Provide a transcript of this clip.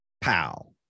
pow